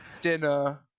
dinner